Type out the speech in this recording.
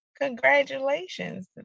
Congratulations